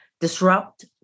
Disrupt